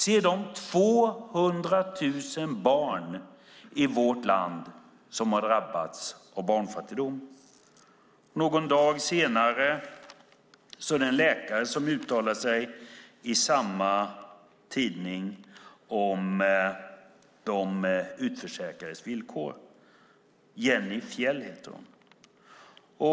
Se de 200 000 barn i vårt land som har drabbats av barnfattigdom! Någon dag senare är det en läkare som uttalar sig i samma tidning om de utförsäkrades villkor. Hon heter Jenny Fjell.